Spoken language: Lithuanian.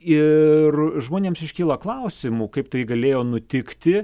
ir žmonėms iškyla klausimų kaip tai galėjo nutikti